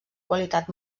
qualitat